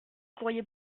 courrier